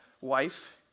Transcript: wife